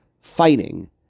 fighting